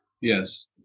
Yes